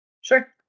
Sure